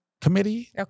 committee